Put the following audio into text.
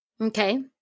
Okay